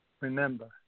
Remember